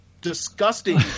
disgusting